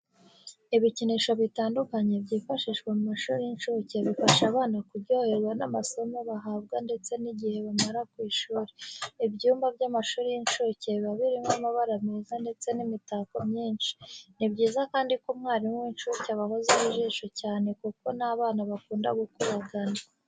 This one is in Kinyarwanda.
Ibikinisho bitandukanye byifashishwa mu mashuri y'incuke bifasha abana kuryoherwa n'amasomo bahabwa ndetse n'igihe bamara ku ishuri. Ibyumba by'amashuri y'incuke biba birimo amabara meza ndetse n'imitako myinshi. Ni byiza kandi ko umwarimu w'incuke abahozaho ijisho cyane kuko ni abana bakunda gukubagana.